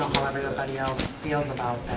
everybody else feels about